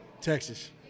Texas